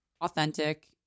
authentic